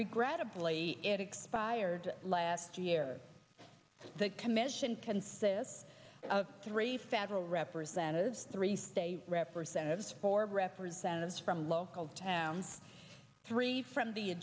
regrettably it expired last year the commission consists of three federal representatives three state representatives four representatives from local towns three from the